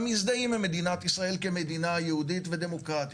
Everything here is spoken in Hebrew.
מזדהים עם מדינת ישראל כמדינה יהודית ודמוקרטית,